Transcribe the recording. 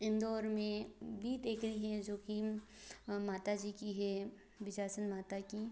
इंदौर में भी टेकरी हैं जो कि माता जी कि है है हम विसर्जन माता की